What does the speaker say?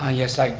ah yes, like